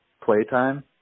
playtime